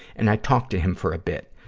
and i talked to him for a bit.